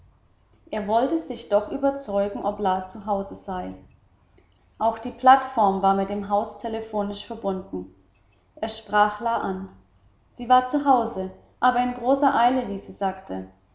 er wollte sich doch überzeugen ob la zu hause sei auch die plattform war mit dem haus telephonisch verbunden er sprach la an sie war zu hause aber in großer eile wie sie sagte